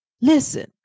Listen